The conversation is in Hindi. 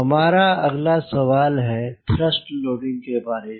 हमारा अगला सवाल है थ्रस्ट लोडिंग के बारे में